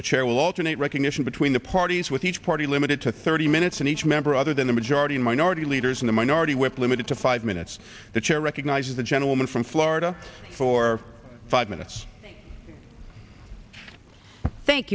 chair will alternate recognition between the parties with each party limited to thirty minutes and each member other than the majority and minority leaders in the minority whip limited to five minutes the chair recognizes the gentleman from florida for five minutes thank